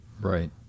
Right